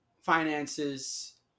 finances